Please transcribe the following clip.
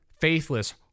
faithless